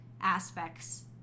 aspects